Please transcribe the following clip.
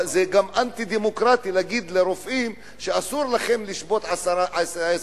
אבל זה גם אנטי-דמוקרטי להגיד לרופאים שאסור להם לשבות עשר שנים.